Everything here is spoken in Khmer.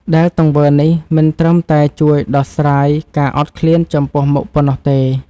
ដែលទង្វើនេះមិនត្រឹមតែជួយដោះស្រាយការអត់ឃ្លានចំពោះមុខប៉ុណ្ណោះទេ។